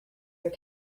your